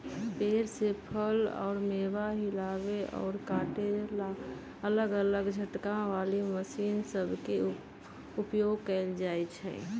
पेड़ से फल अउर मेवा हिलावे अउर काटे ला अलग अलग झटका वाली मशीन सब के उपयोग कईल जाई छई